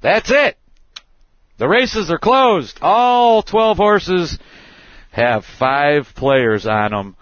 thats it the races are closed all twelve horses have five players i know